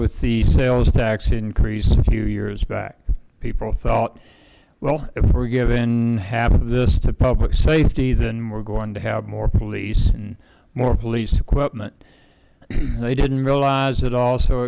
with the sales tax increase a few years back people thought well if we're given half of this to public safety then we're going to have more police and more police equipment they didn't realize it also